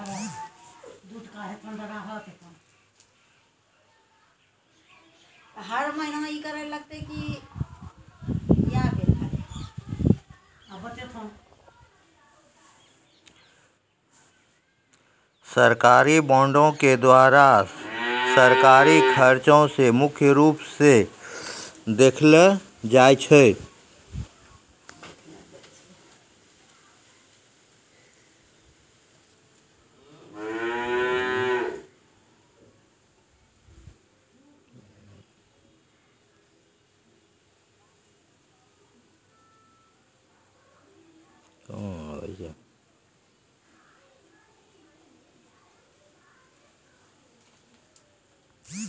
सरकारी बॉंडों के द्वारा सरकारी खर्चा रो मुख्य रूप स देखलो जाय छै